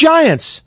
Giants